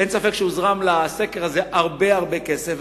אין ספק שהוזרם לסקר הזה הרבה הרבה כסף,